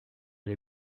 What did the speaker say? les